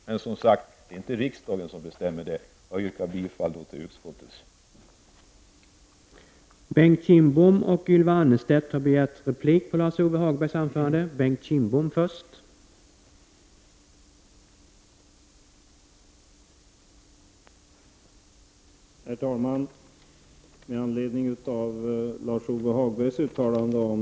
Med detta, herr talman, yrkar jag bifall till utskottets hemställan.